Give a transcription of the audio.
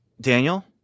Daniel